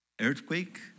Earthquake